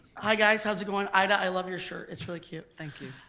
hi guys how's it goin'? ida i love your shirt, it's really cute. thank you.